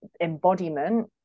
embodiment